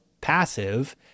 passive